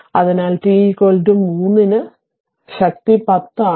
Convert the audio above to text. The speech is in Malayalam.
അതിനാൽ t 3 ന് അത് ശക്തി 10 ആണ്